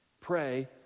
Pray